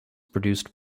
produced